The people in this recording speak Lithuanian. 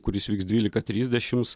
kuris vyks dvylika trisdešims